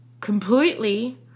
completely